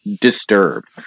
disturbed